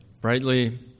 brightly